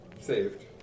saved